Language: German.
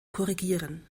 korrigieren